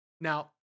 Now